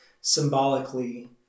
symbolically